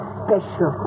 special